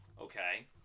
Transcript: Okay